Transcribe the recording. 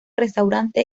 restaurante